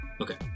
Okay